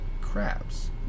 crabs